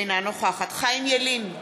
אינה נוכחת חיים ילין,